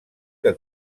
que